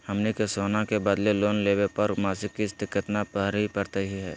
हमनी के सोना के बदले लोन लेवे पर मासिक किस्त केतना भरै परतही हे?